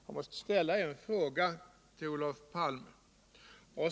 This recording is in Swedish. Jag måste ställa en fråga till Olof Palme.